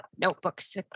notebooks